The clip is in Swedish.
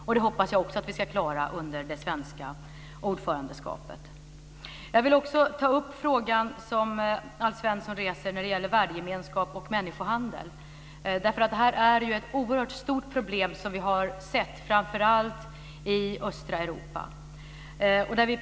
Jag hoppas också att vi ska klara detta under det svenska ordförandeskapet. För det andra vill jag ta upp den fråga som Alf Svensson reser när det gäller värdegemenskap och människohandel. Detta är ju ett oerhört stort problem, som vi har sett framför allt i östra Europa.